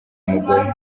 umugore